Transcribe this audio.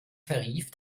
tarif